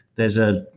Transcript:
there's a,